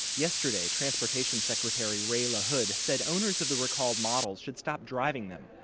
yesterday, transportation secretary ray lahood said owners of the recalled models should stop driving them.